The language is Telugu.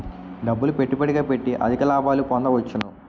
డబ్బులు పెట్టుబడిగా పెట్టి అధిక లాభాలు పొందవచ్చును